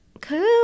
Cool